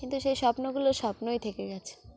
কিন্তু সেই স্বপ্নগুলো স্বপ্নই থেকে গেছে